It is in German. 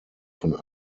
von